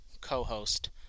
co-host